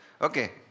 Okay